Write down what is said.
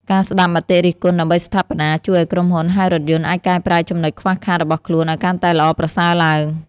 ការស្ដាប់មតិរិះគន់ដើម្បីស្ថាបនាជួយឱ្យក្រុមហ៊ុនហៅរថយន្តអាចកែប្រែចំណុចខ្វះខាតរបស់ខ្លួនឱ្យកាន់តែល្អប្រសើរឡើង។